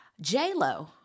J-Lo